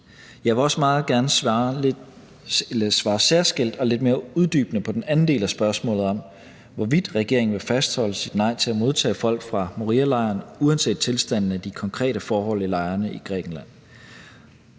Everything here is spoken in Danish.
Jeg vil også meget gerne svare særskilt og lidt mere uddybende på den anden del af spørgsmålet, nemlig om, hvorvidt regeringen vil fastholde sit nej til at modtage folk fra Morialejren uanset tilstandene og de konkrete forhold i lejrene i Grækenland.